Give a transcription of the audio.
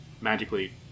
magically